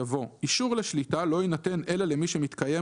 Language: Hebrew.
יבוא "אישור לשליטה לא יינתן אלא למי שמתקיים